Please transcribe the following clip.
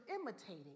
imitating